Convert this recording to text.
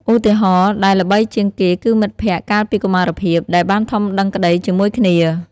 ឧទាហរណ៍ដែលល្បីជាងគេគឺមិត្តភក្តិកាលពីកុមារភាព ដែលបានធំដឹងក្តីជាមួយគ្នា។